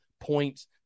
points